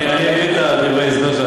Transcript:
ולכן, הוועדה, אני אקריא את דברי ההסבר.